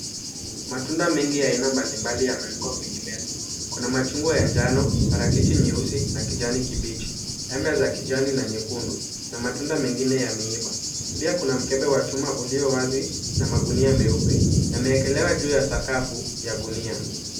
Matunda mengi ya aina mbali mbali yamewekwa kwenye meza. Kuna machungwa ya njano, parachichi nyeusi na kijani kibichi, maembe za kijani na nyekundu na matunda mingine ya miiba. Pia kuna mkebe wa chuma ulio wazi na magunia meupe. Yameekelewa juu ya sakafu ya gunia.